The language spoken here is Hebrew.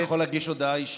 אני יכול להגיש הודעה אישית,